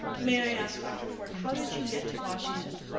may i ask, dr. ford, how did you get to washington?